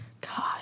God